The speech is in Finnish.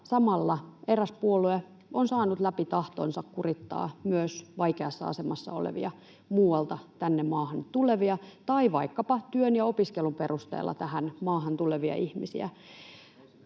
samalla eräs puolue on saanut läpi tahtonsa kurittaa myös vaikeassa asemassa olevia muualta tänne maahan tulevia tai vaikkapa työn ja opiskelun perusteella tähän maahan tulevia ihmisiä.